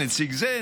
נציג זה,